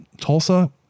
Tulsa